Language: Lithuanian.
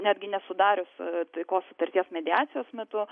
netgi nesudarius taikos sutarties mediacijos metu